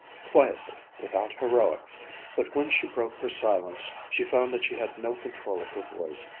quietly, without heroics but when she broke her silence she found that she had no control of her voice.